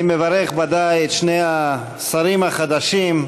אני מברך בוודאי את שני השרים החדשים,